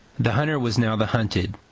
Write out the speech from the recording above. the hunter was now the hunted,